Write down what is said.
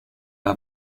war